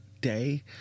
day